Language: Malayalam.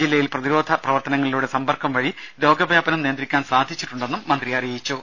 ജില്ലയിൽ പ്രതിരോധ പ്രവർത്തനങ്ങളിലൂടെ സമ്പർക്കം വഴി രോഗവ്യാപനം നിയന്ത്രിക്കാൻ സാധിച്ചിട്ടുണ്ടെന്നും മന്ത്രി പറഞ്ഞു